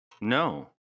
No